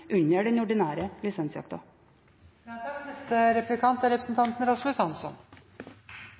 under den ordinære lisensjakta. Representanten Arnstad er